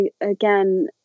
again